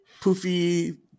poofy